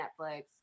Netflix